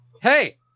Hey